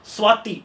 Swathi